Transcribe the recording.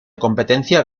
competencia